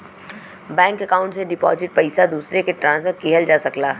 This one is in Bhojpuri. बैंक अकाउंट से डिपॉजिट पइसा दूसरे के ट्रांसफर किहल जा सकला